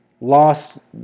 Lost